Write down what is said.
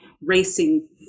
racing